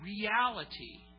reality